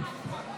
הינה